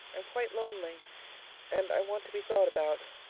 i'm quite lonely and i want to be thought about.